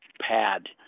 pad